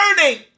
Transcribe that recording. turning